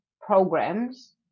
programs